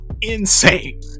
insane